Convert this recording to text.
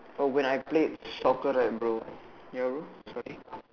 but when I played soccer right ya bro sorry